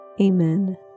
Amen